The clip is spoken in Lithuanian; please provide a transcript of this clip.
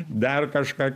dar kažką